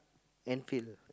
until